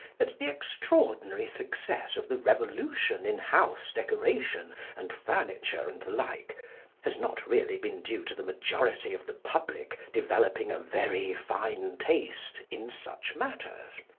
that the extraordinary success of the revolution in house-decoration and furniture and the like has not really been due to the majority of the public developing a very fine taste in such matters.